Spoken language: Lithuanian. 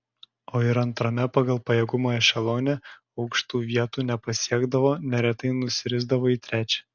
o ir antrame pagal pajėgumą ešelone aukštų vietų nepasiekdavo neretai nusirisdavo į trečią